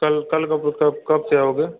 कल कल कब से आओगे